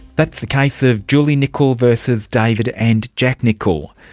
that's the case of julie nichol versus david and jack nichol.